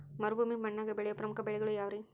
ಮರುಭೂಮಿ ಮಣ್ಣಾಗ ಬೆಳೆಯೋ ಪ್ರಮುಖ ಬೆಳೆಗಳು ಯಾವ್ರೇ?